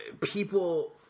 people